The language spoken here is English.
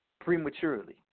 prematurely